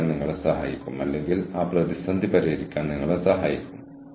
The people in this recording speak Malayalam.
ഈ ഉപഭോക്താവ് ഒരിക്കൽ ഒരു ഉൽപ്പന്നമോ സേവനമോ വാങ്ങാൻ പോകുകയാണ്